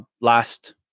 last